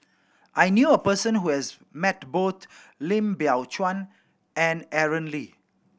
I knew a person who has met both Lim Biow Chuan and Aaron Lee